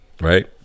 right